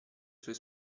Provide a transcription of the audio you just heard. suoi